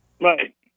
Right